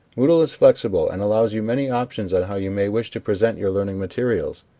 moodle is flexible and allows you many options on how you may wish to present your learning materials.